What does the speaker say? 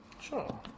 Sure